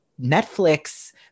Netflix